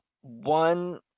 one